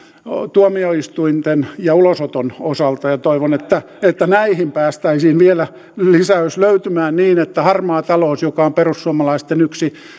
tuomioistuinten ja ulosoton osalta ja toivon että että näihin päästäisiin vielä lisäys löytämään niin että harmaata taloutta joka on perussuomalaisten yksi